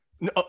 no